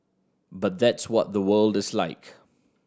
but that's what the world is like